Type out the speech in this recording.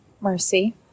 Mercy